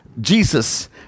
Jesus